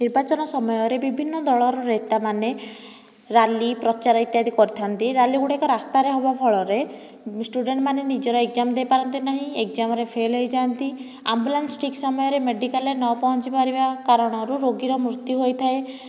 ନିର୍ବାଚନ ସମୟରେ ବିଭିନ୍ନ ଦଳର ନେତା ମାନେ ରାଲି ପ୍ରଚାର ଇତ୍ୟାଦି କରିଥାନ୍ତି ଏହି ରାଲି ଗୁଡ଼ିକ ରାସ୍ତାରେ ହେବା ଫଳରେ ଷ୍ଟୁଡେଣ୍ଟ୍ ମାନେ ନିଜର ଏକ୍ଜାମ ଦେଇପାରନ୍ତି ନାହିଁ ଏକ୍ଜାମରେ ଫେଲ୍ ହୋଇଯାନ୍ତି ଆମ୍ବୁଲାନ୍ସ ଠିକ ସମୟରେ ମେଡ଼ିକାଲରେ ପହଞ୍ଚି ନ ପାରିବା କାରଣରୁ ରୋଗୀର ମୃତ୍ୟୁ ହୋଇଥାଏ